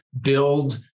build